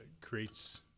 creates